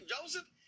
Joseph